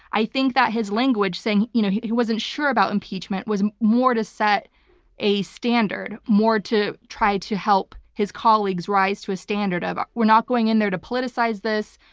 i think that his language saying you know he wasn't sure about impeachment was more to set a standard, more to try to help his colleagues rise to a standard of. we're not going in there to politicize this.